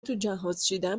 توجهازچیدن